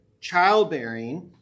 childbearing